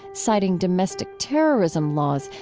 citing domestic terrorism laws,